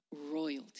royalty